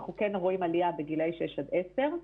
אנחנו כן רואים עלייה בגילאי 6 עד 10,